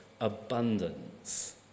abundance